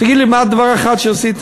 תגיד לי דבר אחד שעשיתם.